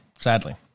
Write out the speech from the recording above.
sadly